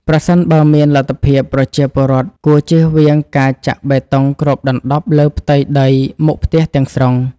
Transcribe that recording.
ប្រសិនបើមានលទ្ធភាព ប្រជាពលរដ្ឋគួរជៀសវាងការចាក់បេតុងគ្របដណ្តប់លើផ្ទៃដីមុខផ្ទះទាំងស្រុង។